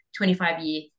25-year